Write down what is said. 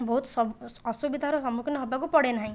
ବହୁତ ଅସୁବିଧାର ସମ୍ମୁଖୀନ ହେବାକୁ ପଡ଼େ ନାହିଁ